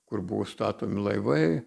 kur buvo statomi laivai